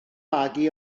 magu